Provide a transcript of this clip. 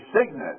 signet